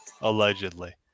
Allegedly